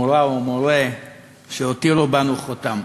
מורָה או מורֶה שהותירו בנו חותם?